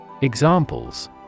Examples